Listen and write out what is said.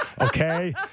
okay